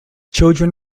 children